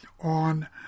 on